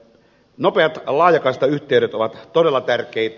nopeat laajakaistayhteydet ovat todella tärkeitä